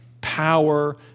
power